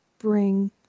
bring